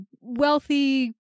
wealthy